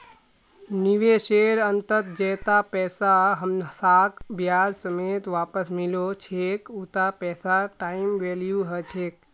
निवेशेर अंतत जैता पैसा हमसाक ब्याज समेत वापस मिलो छेक उता पैसार टाइम वैल्यू ह छेक